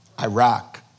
Iraq